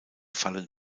fallen